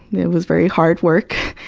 it was very hard work.